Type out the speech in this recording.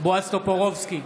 בועז טופורובסקי,